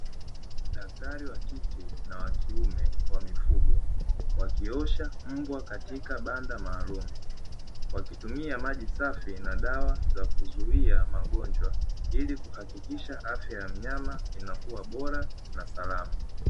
Daktari wakike na wakiume wa mifugo wakiosha mbwa katika banda maalumu, wakitumia maji safi na dawa za kuzuia magonjwa ili kuhakikisha afya ya mnyama inakuwa bora na salama.